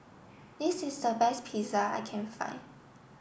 this is the best Pizza I can find